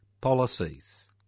policies